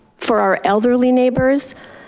for our elderly neighbors,